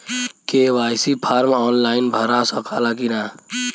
KYC form online भरा सकला की ना?